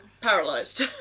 paralyzed